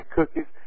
cookies